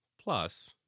plus